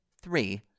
Three